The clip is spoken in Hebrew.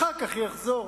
אחר כך יחזור.